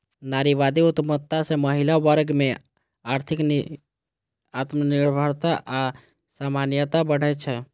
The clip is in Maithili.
नारीवादी उद्यमिता सं महिला वर्ग मे आर्थिक आत्मनिर्भरता आ समानता बढ़ै छै